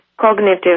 cognitive